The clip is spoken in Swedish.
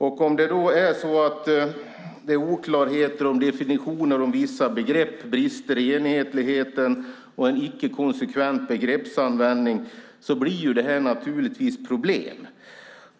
Om det är oklarheter kring definitioner och om vissa begrepp brister i enhetlighet och en icke konsekvent begreppsanvändning blir det naturligtvis problem.